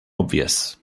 obvious